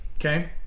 okay